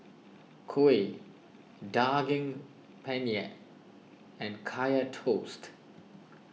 Kuih Daging Penyet and Kaya Toast